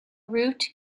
route